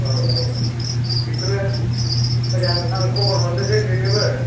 औ औ औ बेखौनो मोजां आं खबर हरनोसै बेनोबो